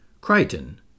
Crichton